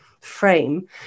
frame